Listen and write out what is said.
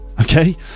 Okay